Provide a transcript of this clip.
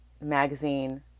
magazine